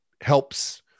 helps